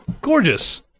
gorgeous